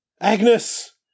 Agnes